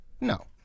No